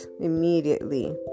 immediately